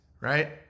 right